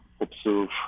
observe